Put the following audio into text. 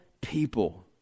people